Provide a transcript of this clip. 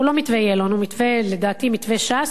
הוא לא מתווה יעלון, הוא מתווה, לדעתי, מתווה ש"ס,